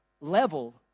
level